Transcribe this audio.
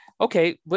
okay